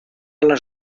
les